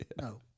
No